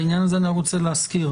בעניין הזה אני רק רוצה להזכיר.